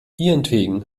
ihretwegen